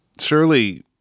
surely